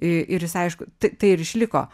ir jis aišku tai tai ir išliko